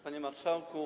Panie Marszałku!